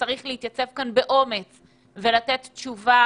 צריך להתייצב באומץ בפני הוועדה ולתת תשובה